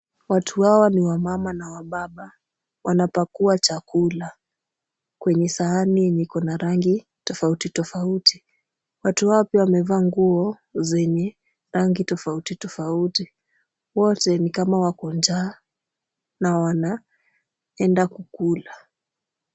Watu hawa ni wamama na wababa, wanapakua chakula kwenye sahani yenye iko na rangi tofauti tofauti. Watu hawa pia wamevaa nguo zenye rangi tofauti tofauti. Wote ni kama wako njaa na wanaenda kukula.